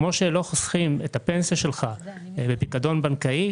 כפי שלא חוסכים את הפנסיה בפיקדון בנקאי,